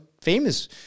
famous